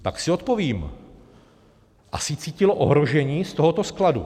Tak si odpovím: asi cítilo ohrožení z tohoto skladu.